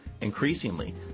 Increasingly